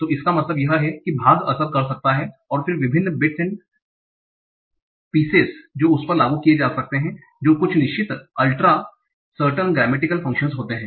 तो इसका मतलब यह है कि भाग असर कर सकता है और फिर विभिन्न बिट्स और टुकड़े pieces पिसेस हैं जो उस पर लागू किए जा सकते हैं जो कुछ निश्चित अल्ट्रा सर्टनग्रेमेटिकल फंकशनस होते हैं